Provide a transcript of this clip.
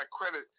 credit